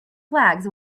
flags